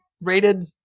rated